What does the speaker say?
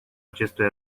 acestui